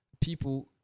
people